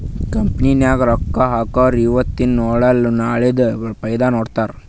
company ನಾಗ್ ರೊಕ್ಕಾ ಹಾಕೊರು ಇವತಿಂದ್ ನೋಡಲ ನಾಳೆದು ಫೈದಾ ನೋಡ್ತಾರ್